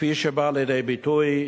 כפי שזה בא לידי ביטוי,